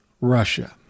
Russia